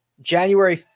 January